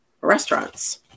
restaurants